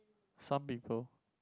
some people